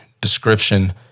description